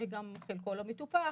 שחלקו לא מטופח,